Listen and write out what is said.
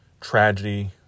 tragedy